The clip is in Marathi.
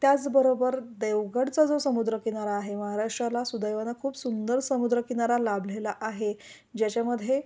त्याचबरोबर देवगडचा जो समुद्रकिनारा आहे महाराष्ट्राला सुदैवाना खूप सुंदर समुद्रकिनारा लाभलेला आहे ज्याच्यामध्ये